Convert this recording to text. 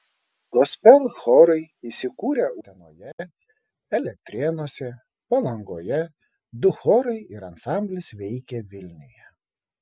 gospel chorai įsikūrę utenoje elektrėnuose palangoje du chorai ir ansamblis veikia vilniuje